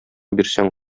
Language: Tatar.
бирсәң